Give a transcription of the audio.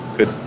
Good